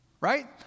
Right